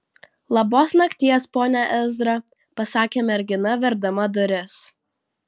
labos nakties pone ezra pasakė mergina verdama duris